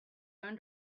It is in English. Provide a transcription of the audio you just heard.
own